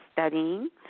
studying